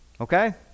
Okay